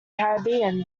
caribbean